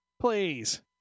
please